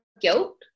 guilt